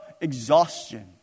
exhaustion